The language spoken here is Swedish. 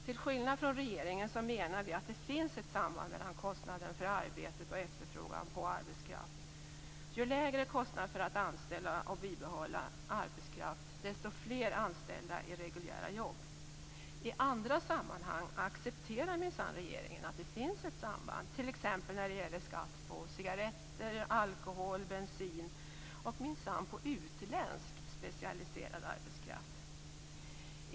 Till skillnad från regeringen menar vi att det finns ett samband mellan kostnaden för arbetet och efterfrågan på arbetskraft. Ju lägre kostnad för att anställa och bibehålla arbetskraft desto fler anställda i reguljära jobb. I andra sammanhang accepterar regeringen minsann att det finns ett samband, t.ex. när det gäller skatt på cigaretter, alkohol, bensin och utländsk specialiserad arbetskraft.